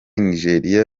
nigeria